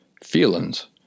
feelings